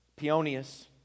Peonius